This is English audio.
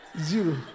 Zero